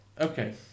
Okay